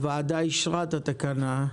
הוועדה אישרה את התקנה.